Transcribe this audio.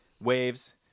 Waves